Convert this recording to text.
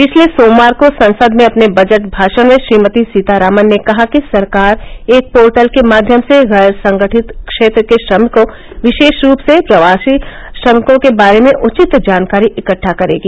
पिछले सोमवार को संसद में अपने बजट भाषण में श्रीमती सीतारामन ने कहा कि सरकार एक पोर्टल के माध्यम से गैर संगठित क्षेत्र के श्रमिकों विशेष रूप से प्रवासी श्रमिकों के बारे में उचित जानकारी इकट्ठा करेगी